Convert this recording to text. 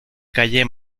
calle